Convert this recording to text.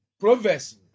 Proverbs